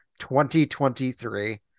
2023